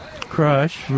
Crush